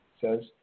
says